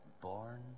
born